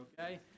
okay